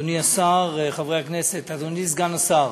אדוני השר, חברי הכנסת, אדוני סגן השר,